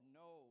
no